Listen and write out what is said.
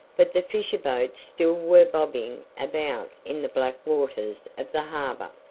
but the fisher boats still were bobbing about in the black waters of the harbor.